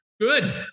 Good